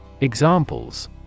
Examples